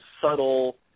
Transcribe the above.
subtle